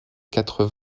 quatre